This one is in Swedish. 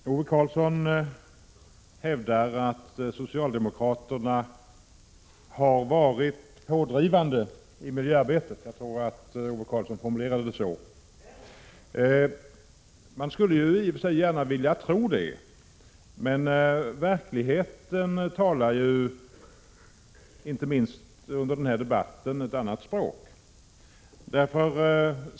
Fru talman! Ove Karlsson hävdar att socialdemokraterna har varit pådrivande i miljöarbetet — jag tror att det var så han formulerade sig. Man skulle i och för sig gärna vilja tro det, men verkligheten — inte minst denna debatt — talar ju ett annat språk.